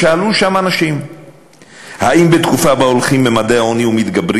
שאלו שם אנשים אם בתקופה שבה הולכים ממדי העוני ומתגברים